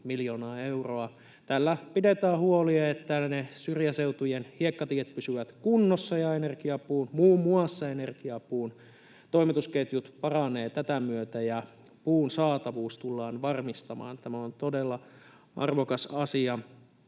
Tällä pidetään huoli, että ne syrjäseutujen hiekkatiet pysyvät kunnossa, ja muun muassa energiapuun toimitusketjut paranevat tätä myötä ja puun saatavuus tullaan varmistamaan. Tämä on todella arvokas asia